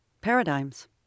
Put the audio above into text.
paradigms